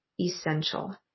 essential